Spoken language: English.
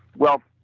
well,